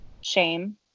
shame